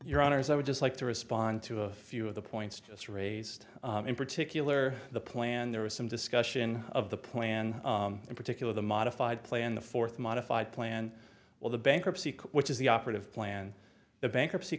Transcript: your honors i would just like to respond to a few of the points just raised in particular the plan there was some discussion of the plan in particular the modified play in the fourth modified plan or the bankruptcy court which is the operative plan the bankruptcy